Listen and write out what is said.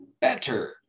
better